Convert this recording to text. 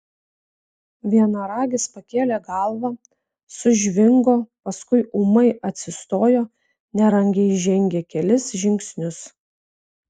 vienaragis pakėlė galvą sužvingo paskui ūmai atsistojo nerangiai žengė kelis žingsnius